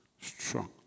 Strong